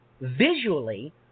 Visually